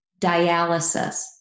dialysis